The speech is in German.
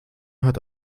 hat